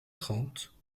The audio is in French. trente